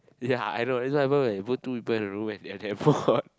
ya I know this is what happen when you put two people in a room and they are damn hot